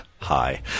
Hi